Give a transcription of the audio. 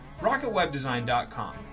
RocketWebDesign.com